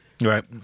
right